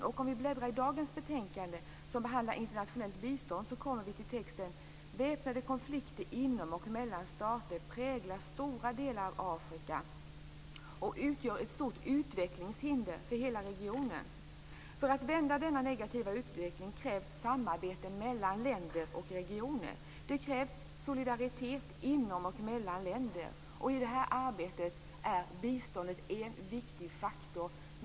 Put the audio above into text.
Om vi bläddrar i dagens betänkande, där internationellt bistånd behandlas, kommer vi till texten: Väpnade konflikter inom och mellan stater präglar stora delar av Afrika och utgör ett stort utvecklingshinder för hela regionen. För att vända denna negativa utveckling krävs samarbete mellan länder och regioner. Det krävs solidaritet inom och mellan länder. I det här arbetet är biståndet en viktig faktor.